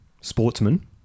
sportsman